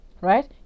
right